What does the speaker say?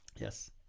Yes